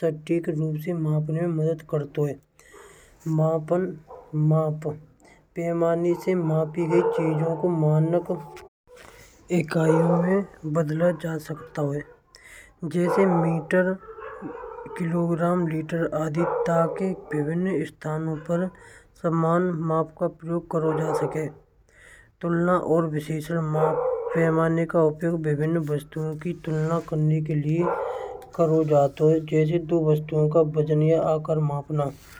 सके। रूप से मापन मदद करते हुए है। मापन पैमाने से मापी गई चीजों को मानक एक आया है बदला जा सकता है। जैसे मीटर किलोग्राम लीटर अधिकता के विभिन्न स्थानों पर समान माप का प्रयोग करो जा सके। तुलना और विश्लेषण का उपयोग विभिन्नवस्तुओं की तुलना करने के लिए करो जाता है।